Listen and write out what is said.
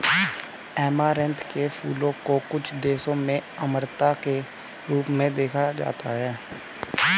amaranth के फूलों को कुछ देशों में अमरता के रूप में देखा जाता है